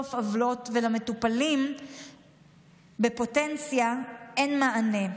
אין-סוף עוולות ולמטופלים בפוטנציה אין מענה.